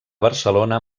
barcelona